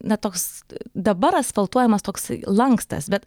na toks dabar asfaltuojamas toks lankstas bet